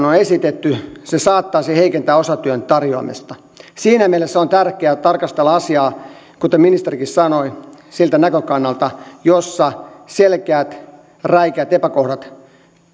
on esitetty se saattaisi heikentää osa aikatyön tarjoamista siinä mielessä on tärkeää tarkastella asiaa kuten ministerikin sanoi siltä näkökannalta että selkeät räikeät epäkohdat